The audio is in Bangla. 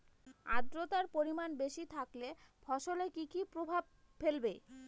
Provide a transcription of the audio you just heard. আদ্রর্তার পরিমান বেশি থাকলে ফসলে কি কি প্রভাব ফেলবে?